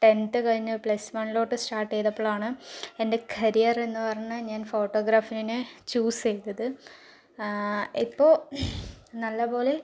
tenth കഴിഞ്ഞ് plus വണ്ണിലോട്ട് start ചെയ്തപ്പോഴാണ് എൻ്റെ കരിയർ എന്ന് പറഞ്ഞു ഞാൻ ഫോട്ടോഗ്രാഫീനെ ചൂസ് ചെയ്തത് ഇപ്പോൾ നല്ലപോലെ